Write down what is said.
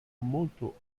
molto